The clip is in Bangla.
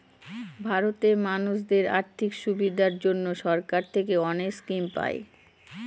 ভারতে মানুষদের আর্থিক সুবিধার জন্য সরকার থেকে অনেক স্কিম পায়